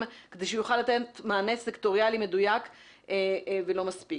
כדי שהוא יוכל לתת מענה סקטוריאלי מדויק ולא מספיק.